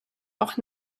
auch